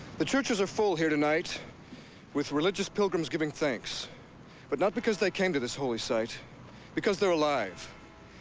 the churches are full here tonight with religious pilgrims giving thanks but not because they came to this holy site because they're alive.